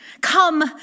come